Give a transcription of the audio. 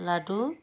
লাডু